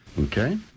Okay